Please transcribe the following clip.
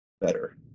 better